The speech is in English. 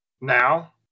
now